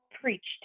preached